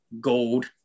gold